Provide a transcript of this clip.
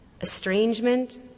estrangement